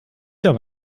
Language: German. habe